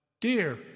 Dear